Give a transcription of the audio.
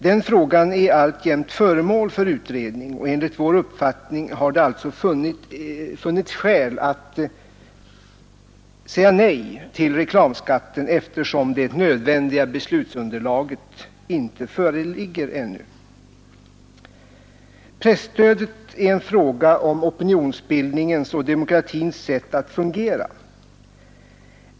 Den frågan är alltjämt föremål för utredning, och enligt vår uppfattning har det alltså funnits skäl att säga nej till reklamskatten eftersom det nödvändiga beslutsunderlaget inte föreligger ännu. Presstödet är en fråga om opinionsbildningens och demokratins sätt att fungera.